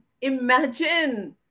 imagine